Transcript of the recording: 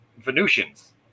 Venusians